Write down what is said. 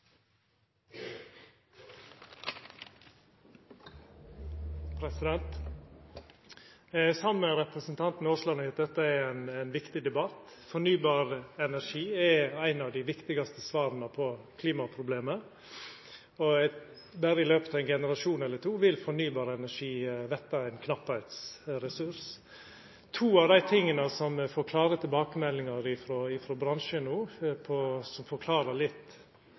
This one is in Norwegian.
med representanten Aasland i at dette er ein viktig debatt. Fornybar energi er eit av dei viktigaste svara på klimaproblemet. Berre i løpet av ein generasjon eller to vil fornybar energi verta ein knappheitsressurs. To av dei tinga som me får klare tilbakemeldingar om frå bransjen, og som forklarer litt